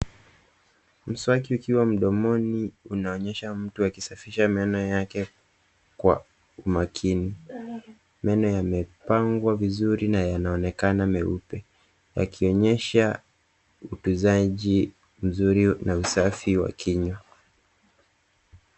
Mswaki ukiwa mdomoni unaonyesha mtu akisafisha meno yake kwa umakini. Meno yamepangwa vizuri na yanaonekana meupe yakionyesha utunzaji mzuri na usafi wa kinywa.